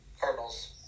Cardinals